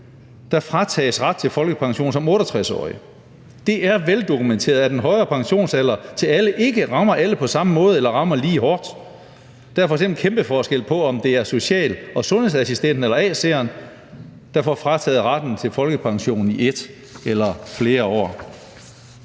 der fratages ret til folkepension som 68-årige. Det er veldokumenteret, at en højere pensionsalder til alle ikke rammer alle på samme måde eller rammer lige hårdt. Der er f.eks. en kæmpe forskel på, om det er social- og sundhedsassistenten eller ac'eren, der får frataget retten til folkepension et eller flere år.